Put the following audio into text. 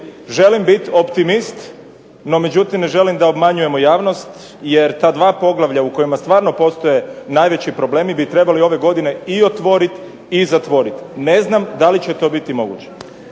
Želim bit optimist, no međutim ne želim da obmanjujemo javnost jer ta dva poglavlja u kojima stvarno postoje najveći problemi bi trebali ove godine i otvorit i zatvorit. Ne znam da li će to biti moguće.